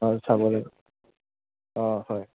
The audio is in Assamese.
অঁ চাবলৈ অঁ হয়